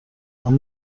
اما